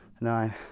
nine